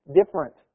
different